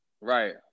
Right